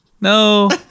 no